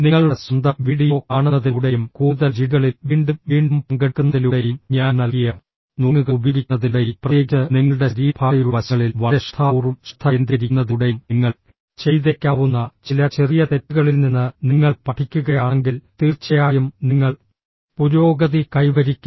നിങ്ങളുടെ സ്വന്തം വീഡിയോ കാണുന്നതിലൂടെയും കൂടുതൽ ജിഡികളിൽ വീണ്ടും വീണ്ടും പങ്കെടുക്കുന്നതിലൂടെയും ഞാൻ നൽകിയ നുറുങ്ങുകൾ ഉപയോഗിക്കുന്നതിലൂടെയും പ്രത്യേകിച്ച് നിങ്ങളുടെ ശരീരഭാഷയുടെ വശങ്ങളിൽ വളരെ ശ്രദ്ധാപൂർവ്വം ശ്രദ്ധ കേന്ദ്രീകരിക്കുന്നതിലൂടെയും നിങ്ങൾ ചെയ്തേക്കാവുന്ന ചില ചെറിയ തെറ്റുകളിൽ നിന്ന് നിങ്ങൾ പഠിക്കുകയാണെങ്കിൽ തീർച്ചയായും നിങ്ങൾ പുരോഗതി കൈവരിക്കും